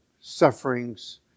sufferings